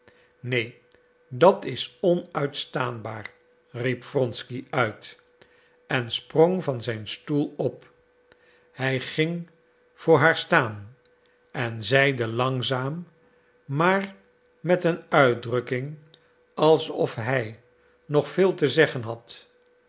neen dat is onuitstaanbaar riep wronsky uit en sprong van zijn stoel op hij ging voor haar staan en zeide langzaam maar met een uitdrukking alsof hij nog veel te zeggen had